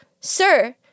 sir